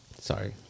sorry